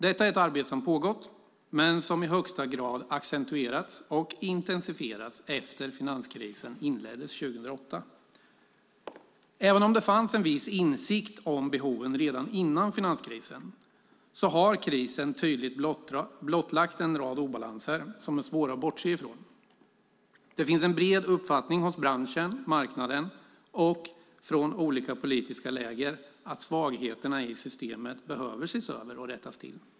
Detta är ett arbete som pågått, men som i högsta grad accentuerats och intensifierats efter att finanskrisen inleddes 2008. Även om det fanns en viss insikt om behoven redan före finanskrisen har krisen tydligt blottlagt en rad obalanser som är svåra att bortse från. Det finns en bred uppfattning hos branschen, marknaden och olika politiska läger om att svagheterna i systemet behöver ses över och rättas till.